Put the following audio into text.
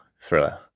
thriller